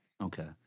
Okay